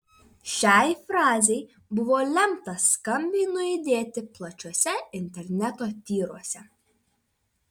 šiai frazei buvo lemta skambiai nuaidėti plačiuose interneto tyruose